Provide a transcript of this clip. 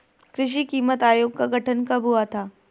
कृषि कीमत आयोग का गठन कब हुआ था?